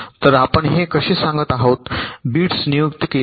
तर आपण हे कसे ते सांगत आहोत बिट्स नियुक्त केले आहेत